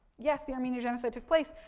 yes the armenian genocide took place.